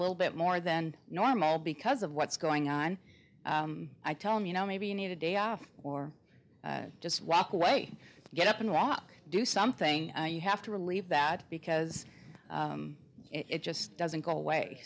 little bit more than normal because of what's going on i tell him you know maybe you need a day off or just walk away get up and walk do something you have to relieve that because it just doesn't go away